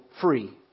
free